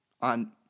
on